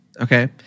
Okay